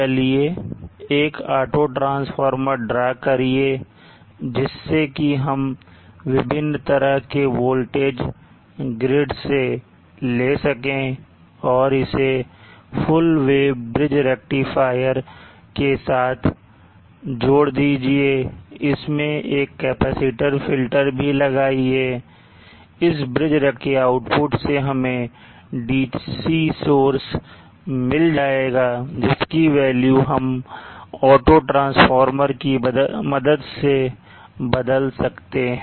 चलिए एक auto transformer draw करिए जिससे कि हम विभिन्न तरह के वोल्टेज grid से ले सके और इसे फुल वेव ब्रिज रेक्टिफायर के साथ जोड़ दीजिए इसमें एक कैपेसिटर फिल्टर भी लगाइए इस ब्रिज रेक्टिफायर के आउटपुट से हमें DC सोर्स मिल जाएगा जिसकी वैल्यू हम ऑटो ट्रांसफार्मर की मदद से बदल सकते हैं